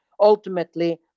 Ultimately